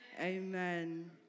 Amen